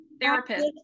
therapist